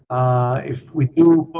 if we do